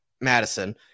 Madison